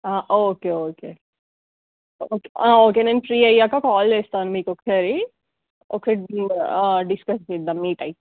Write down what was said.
okay okay okay okay నేను free అయ్యాక call చేస్తాను మీకు ఒకసారి డిస్కస్ చేద్దాం మీట్ అయ్యి